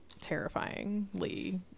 terrifyingly